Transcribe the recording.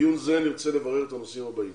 בדיון זה נרצה לברר את הנושאים הבאים: